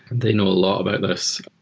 they know a lot about this.